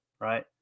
right